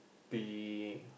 be